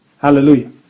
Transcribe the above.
Hallelujah